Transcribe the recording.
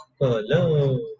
hello